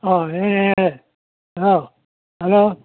ಹಾಂ ಏ hello hello